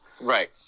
right